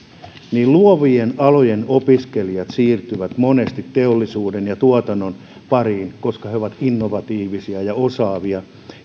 että luovien alojen opiskelijat siirtyvät monesti teollisuuden ja tuotannon pariin koska he ovat innovatiivisia ja osaavia